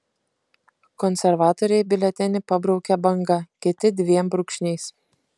konservatoriai biuletenį pabraukia banga kiti dviem brūkšniais